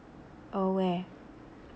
oh where